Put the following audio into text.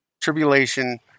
tribulation